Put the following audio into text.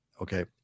okay